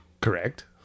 correct